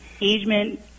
engagement